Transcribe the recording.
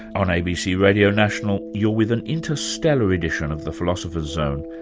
on abc radio national, you're with an inter-stellar edition of the philosopher's zone,